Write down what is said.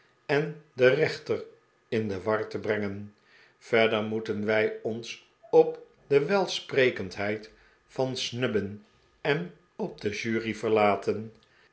en den rechter in de war te brengen verder moeten wij ons op de welsprekendheid van snubbin en op de jury verlaten